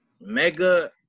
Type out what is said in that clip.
mega